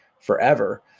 forever